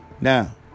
Now